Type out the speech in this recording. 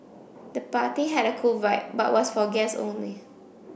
the party had a cool vibe but was for guests only